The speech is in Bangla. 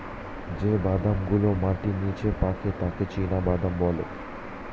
যেই বাদাম গুলো মাটির নিচে পাকে তাকে চীনাবাদাম বলে